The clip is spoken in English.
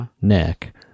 neck